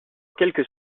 quelque